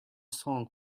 song